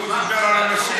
שהוא דיבר על המשיח.